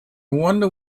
wonder